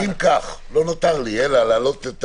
אם כך, לא נותר לי אלא להעלות את